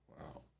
Wow